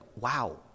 wow